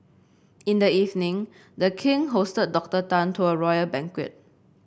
in the evening the king hosted Doctor Tan to a royal banquet